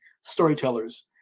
storytellers